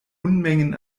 unmengen